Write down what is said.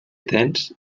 tens